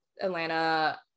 Atlanta